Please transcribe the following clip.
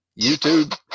YouTube